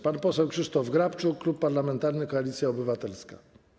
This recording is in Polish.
Pan poseł Krzysztof Grabczuk, Klub Parlamentarny Koalicja Obywatelska.